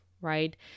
right